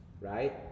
right